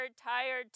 tired